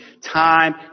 time